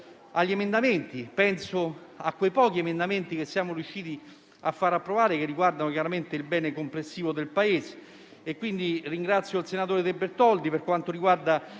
Grazie